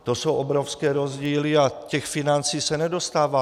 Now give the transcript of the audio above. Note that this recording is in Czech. To jsou obrovské rozdíly a těch financí se nedostává.